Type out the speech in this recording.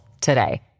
today